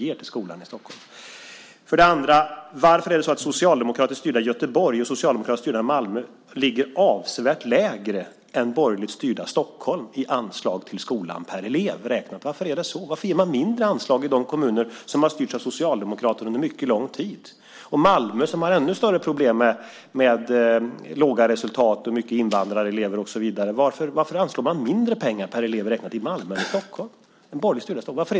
Hur kommer det sig att de socialdemokratiskt styrda Göteborg och Malmö ligger avsevärt lägre än det borgerligt styrda Stockholm när det gäller anslag per elev i skolan? Varför ger man mindre anslag i de kommuner som har styrts av socialdemokrater under lång tid? Malmö har ännu större problem med låga resultat, mycket invandrarelever och så vidare - varför anslår man mindre pengar per elev i Malmö än i Stockholm?